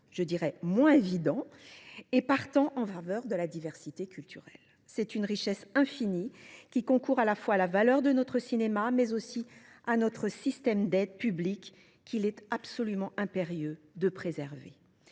commercial moins évident et, partant, en faveur de la diversité culturelle. C’est une richesse infinie qui concourt à la fois à la valeur de notre cinéma, mais aussi à celle de notre système d’aides publiques. Il est donc impérieux de la préserver.